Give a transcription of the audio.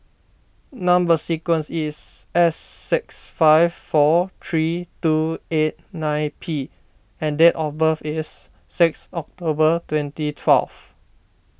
Number Sequence is S six five four three two eight nine P and date of birth is six October twenty twelve